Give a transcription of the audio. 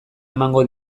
emango